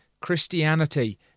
Christianity